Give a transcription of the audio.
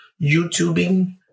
youtubing